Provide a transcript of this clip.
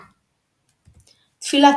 מקושט בירק ובשיבולים,